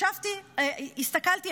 הסתכלתי,